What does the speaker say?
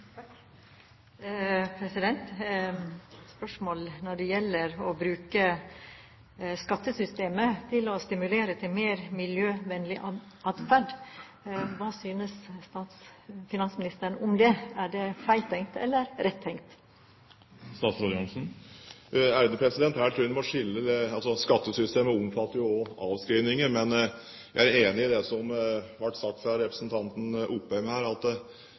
å stimulere til mer miljøvennlig atferd. Hva synes finansministeren om det? Er det feil tenkt eller rett tenkt? Her tror jeg en må skille. Skattesystemet omfatter jo også avskrivninger. Men jeg er enig i det som ble sagt av representanten Opheim her, at